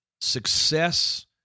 success